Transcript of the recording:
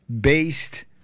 based